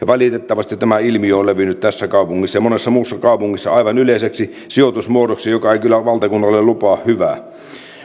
valitettavasti tämä ilmiö on levinnyt tässä kaupungissa ja monessa muussa kaupungissa aivan yleiseksi sijoitusmuodoksi joka ei kyllä valtakunnalle lupaa hyvää